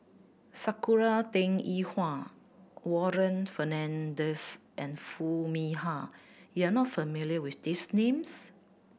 Sakura Teng Ying Hua Warren Fernandez and Foo Mee Har you are not familiar with these names